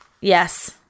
Yes